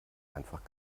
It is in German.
einfach